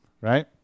right